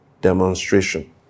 demonstration